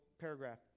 paragraph